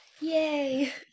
Yay